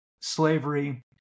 slavery